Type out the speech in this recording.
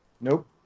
Nope